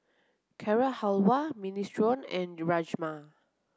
Carrot Halwa Minestrone and Rajma